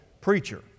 preacher